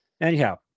anyhow